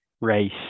race